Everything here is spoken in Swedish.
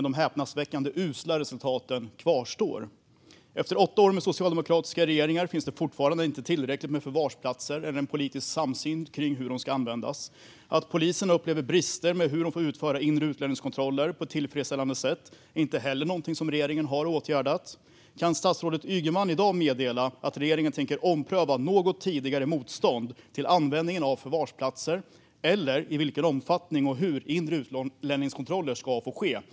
De häpnadsväckande usla resultaten kvarstår dock: Efter åtta år med socialdemokratiska regeringar finns det fortfarande inte tillräckligt med förvarsplatser eller en politisk samsyn kring hur de ska användas. Att polisen upplever brister när det gäller att utföra inre utlänningskontroller på ett tillfredsställande sätt är inte heller någonting som regeringen har åtgärdat. Kan statsrådet Ygeman i dag meddela att regeringen tänker ompröva något tidigare motstånd till användningen av förvarsplatser eller till hur inre utlänningskontroller ska få ske och i vilken omfattning?